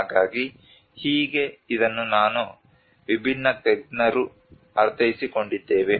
ಹಾಗಾಗಿ ಹೀಗೆ ಇದನ್ನು ನಾನು ವಿಭಿನ್ನ ತಜ್ಞರು ಅರ್ಥೈಸಿಕೊಂಡಿದ್ದೇವೆ